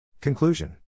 Conclusion